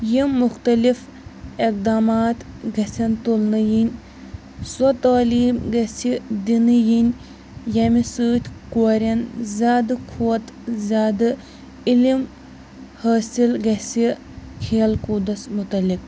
یم مختلِف اقدامات گژھن تُلنہٕ یِنۍ سۄ تعلیٖم گژھِ دِنہٕ یِنۍ ییٚمہِ سۭتۍ کورِٮ۪ن زیادٕ کھۄتہٕ زیادٕ عِلم حٲصل گژھِ کھیل کوٗدس متعلق